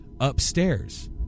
upstairs